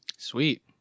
sweet